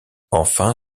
enfin